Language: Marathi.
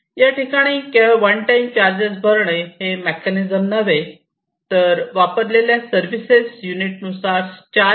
याठिकाणी केवळ वन टाइम चार्जेस भरणे हे मेकॅनिझम नव्हे तर वापरलेल्या सर्विसेस युनिट नुसार चार्ज केले जाते